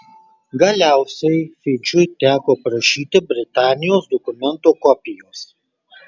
galiausiai fidžiui teko prašyti britanijos dokumento kopijos